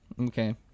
Okay